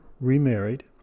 remarried